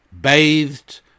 bathed